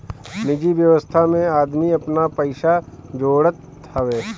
निजि व्यवस्था में आदमी आपन पइसा जोड़त हवे